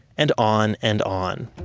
and on and on